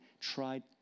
tried